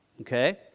okay